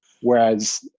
Whereas